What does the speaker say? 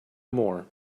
more